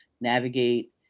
navigate